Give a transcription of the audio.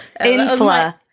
infla